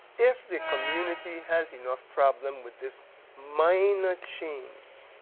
if the community has enough problem with this minor change,